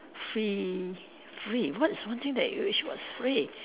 free free what is one thing that you wish was free